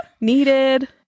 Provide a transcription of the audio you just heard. needed